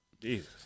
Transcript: Jesus